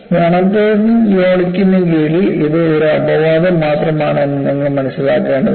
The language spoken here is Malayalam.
മോണോടോണിക് ലോഡിംഗിന് കീഴിൽ ഇത് ഒരു അപവാദം മാത്രമാണ് എന്ന് നിങ്ങൾ മനസിലാക്കേണ്ടതുണ്ട്